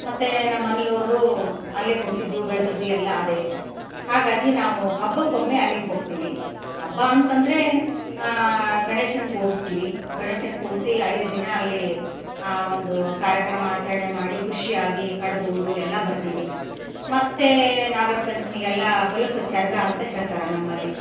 ಮತ್ತೆ ನಮ್ಮ ಮನಿಯವ್ರದ್ದು ಅಲ್ಲೆ ಹುಟ್ಟಿದ್ದು ಬೆಳೆದಿದ್ದು ಎಲ್ಲ ಅದೆ ಹಾಗಾಗಿ ನಾವು ಹಬ್ಬಕ್ಕೊಮ್ಮೆ ಅಲ್ಲಿಗೆ ಹೋಗ್ತೀವಿ ಹಬ್ಬ ಅಂತಂದರೆ ಗಣೇಶನ್ನ ಕೂರಿಸ್ತೀವಿ ಗಣೇಶನ ಕೂರಿಸಿ ಐದು ದಿನ ಅಲ್ಲಿ ಆ ಒಂದು ಕಾರ್ಯಕ್ರಮ ಆಚರಣೆ ಮಾಡಿ ಖುಷಿಯಾಗಿ ಕಡಬುಂಡು ಎಲ್ಲ ಬರ್ತೀವಿ ಮತ್ತೆ ನಾಗರಪಂಚಮಿಗೆಲ್ಲ ಹೊಲಕ್ಕೆ ಚರಗಾ ಅಂತ ಹೇಳ್ತಾರೆ ನಮ್ಮಲ್ಲಿ